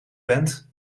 bent